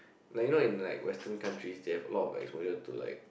like you know in like western countries they have a lot of exposure to like